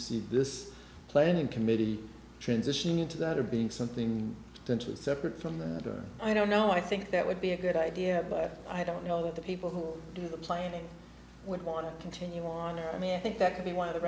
see this planning committee transitioning to that are being something that will separate from the i don't know i think that would be a good idea but i don't know that the people who do the planning would want to continue on there i mean i think that could be one of the